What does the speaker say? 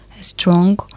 strong